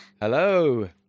Hello